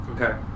Okay